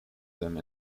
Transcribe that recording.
them